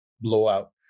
blowout